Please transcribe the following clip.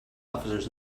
officers